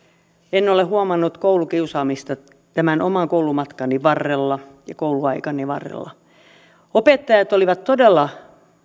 en ole huomannut koulukiusaamista tämän oman koulumatkani varrella ja kouluaikani varrella opettajat olivat todella